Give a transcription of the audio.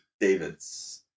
Davids